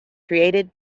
created